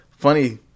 funny